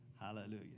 Hallelujah